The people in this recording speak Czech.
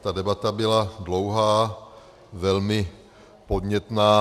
Ta debata byla dlouhá, velmi podnětná.